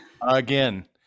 again